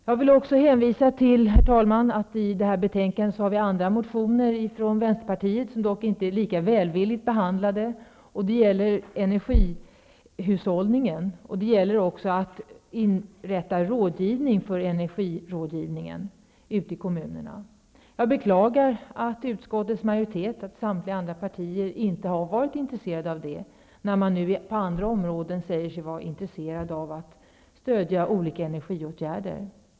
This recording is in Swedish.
Jag vill hänvisa till, herr talman, att vi i det här betänkandet även har andra motioner från Vänsterpartiets sida som inte är lika välvilligt behandlade av utskottet. Det gäller då energihushållningen och ett inrättande av rådgivning för energiåtgärder i kommunerna. Jag beklagar att utskottets majoritet, att samtliga andra partier, inte har varit intresserade av det här fastän man på andra områden säger sig vara intresserad av att stödja energiåtgärder.